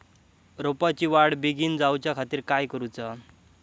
रोपाची वाढ बिगीन जाऊच्या खातीर काय करुचा?